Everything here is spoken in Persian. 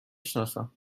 شناسم